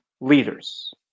Leaders